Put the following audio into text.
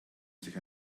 sich